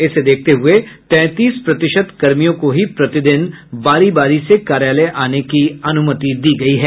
इसे देखते हुए तैंतीस प्रतिशत कर्मियों को ही प्रतिदिन बारी बारी से कार्यालय आने की अनुमति दी गयी है